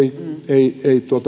ei